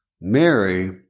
Mary